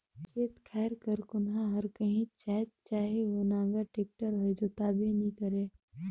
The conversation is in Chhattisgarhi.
खेत खाएर कर कोनहा हर काहीच जाएत चहे ओ नांगर, टेक्टर होए जोताबे नी करे